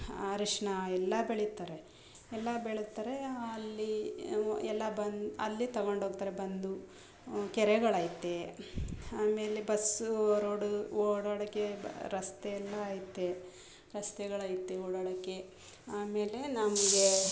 ಅರಿಶಿನ ಎಲ್ಲ ಬೆಳೀತಾರೆ ಎಲ್ಲ ಬೆಳೀತಾರೆ ಅಲ್ಲಿ ಎಲ್ಲಾ ಬನ್ ಅಲ್ಲೇ ತೊಗೊಂಡು ಹೋಗ್ತಾರೆ ಬಂದು ಕೆರೆಗಳು ಐತೆ ಆಮೇಲೆ ಬಸ್ಸು ರೋಡು ಓಡಾಡೋಕೆ ರಸ್ತೆ ಎಲ್ಲ ಐತೆ ರಸ್ತೆಗಳು ಐತೆ ಓಡಾಡೋಕ್ಕೆ ಆಮೇಲೆ ನಮಗೆ